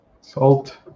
salt